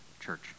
church